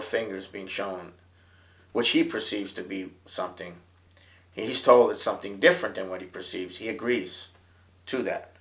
of fingers being shown what he perceives to be something he's told something different than what he perceives he agrees to that